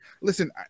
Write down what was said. listen